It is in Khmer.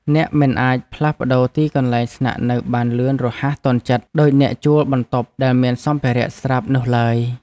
អ្នកមិនអាចផ្លាស់ប្ដូរទីកន្លែងស្នាក់នៅបានលឿនរហ័សទាន់ចិត្តដូចអ្នកជួលបន្ទប់ដែលមានសម្ភារៈស្រាប់នោះឡើយ។